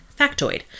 factoid